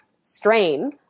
strain